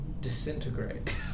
Disintegrate